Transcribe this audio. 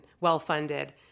well-funded